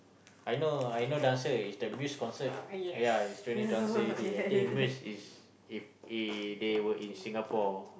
I know I know the answer is the Muse concert ya it's twenty don't want to say already I think Muse is if i~ they were in Singapore